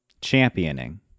championing